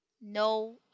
No